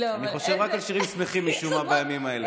אני חושב רק על שירים שמחים משום מה בימים האלה.